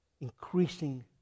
increasing